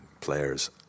players